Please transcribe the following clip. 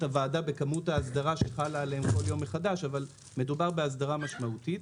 הוועדה בכמות ההגדרה שחלה עליהם כל יום מחדש ומדובר בהגדרה משמעותית.